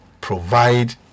provide